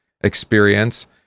experience